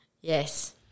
Yes